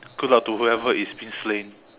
good luck to whoever is being slained